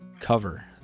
cover